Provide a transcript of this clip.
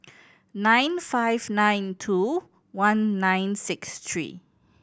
nine five nine two one nine six three